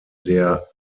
der